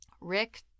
Rick